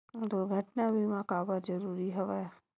दुर्घटना बीमा काबर जरूरी हवय?